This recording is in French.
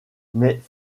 mais